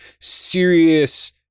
serious